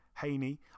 Haney